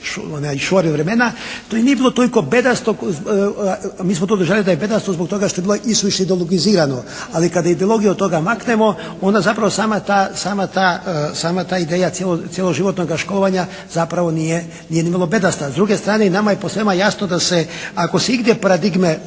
Šuvarova vremena to i nije bilo toliko bedasto. Mi smo to doživljavali da je bedasto zbog toga što je bilo isuviše ideologizirano. Ali kada ideologiju od toga maknemo onda zapravo sama ta, sama ta ideja cjeloživotnoga školovanja zapravo nije, nije nimalo bedasta. S druge strane i nama je posvema jasno da se ako se igdje paradigme